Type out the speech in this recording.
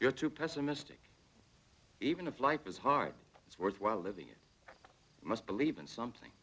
you're too pessimistic even if life is hard it's worthwhile living you must believe in something